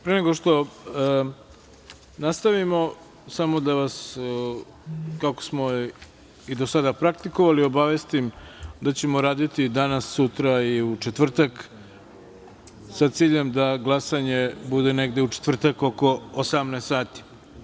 Pre nego što nastavimo, samo da vas obavestim, kako smo i do sada praktikovali, obavestim da ćemo raditi danas, sutra i u četvrtak sa ciljem da glasanje bude negde u četvrtak oko 18,00 sati.